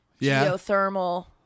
geothermal